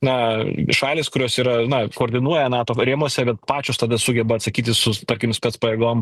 na šalys kurios yra na koordinuoja nato rėmuose kad pačios tada sugeba atsakyti su tarkim spec pajėgom